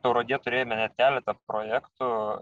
tauragėje turėjome net keletą projektų